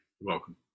welcome